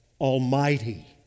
Almighty